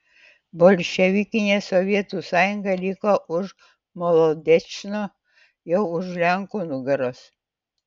bolševikinė sovietų sąjunga liko už molodečno jau už lenkų nugaros